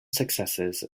successes